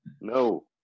no